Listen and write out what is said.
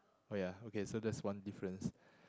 oh ya okay so that's one difference